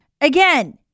Again